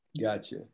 Gotcha